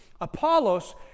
Apollos